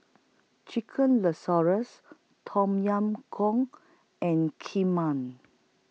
Chicken Tom Yam Goong and Kheema